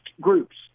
groups